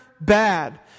bad